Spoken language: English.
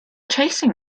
chasing